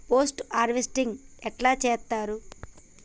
Post harvesting ఎట్ల చేత్తరు?